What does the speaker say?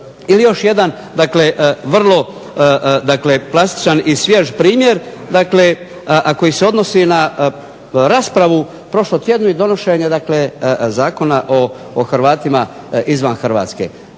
Ili još jedan vrlo klasičan i svjež primjer, a koji se odnosi na raspravu u prošlom tjednu i donošenje Zakona o hrvatima izvan Hrvatske,